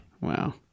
wow